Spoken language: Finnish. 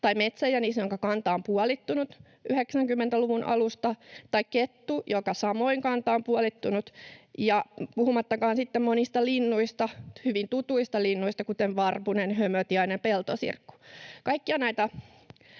tai metsäjänis, jonka kanta on puolittunut 90-luvun alusta; tai kettu, jonka kanta samoin on puolittunut; puhumattakaan sitten monista hyvin tutuista linnuista, kuten varpunen, hömötiainen ja peltosirkku.